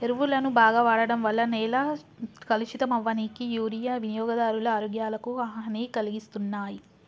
ఎరువులను బాగ వాడడం వల్ల నేల కలుషితం అవ్వనీకి మరియూ వినియోగదారుల ఆరోగ్యాలకు హనీ కలిగిస్తున్నాయి